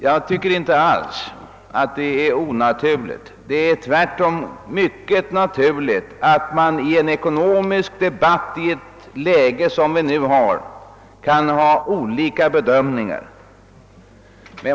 Jag tycker inte alls att det är onaturligt, utan det är tvärtom mycket naturligt att det i en ekonomisk debatt i ett läge sådant som det vi nu har kan göras olika bedömningar.